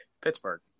Pittsburgh